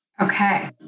Okay